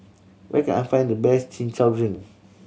where can I find the best Chin Chow drink